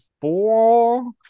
four